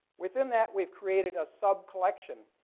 within that, we've created a subcollection,